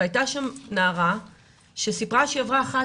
והייתה שם נערה שסיפרה שהיא עברה 11